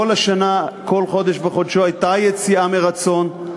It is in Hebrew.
כל השנה, כל חודש בחודשו, הייתה יציאה מרצון.